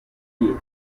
gay